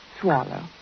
Swallow